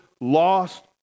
lost